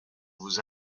vous